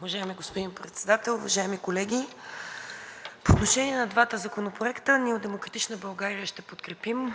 Уважаеми господин Председател, уважаеми колеги! По отношение на двата законопроекта ние от „Демократична България“ ще ги подкрепим.